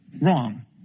Wrong